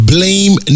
Blame